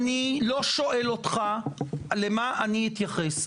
אני לא שואל אותך למה אני אתייחס.